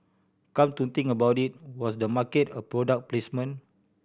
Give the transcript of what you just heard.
come to think about it was the market a product placement